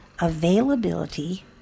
Availability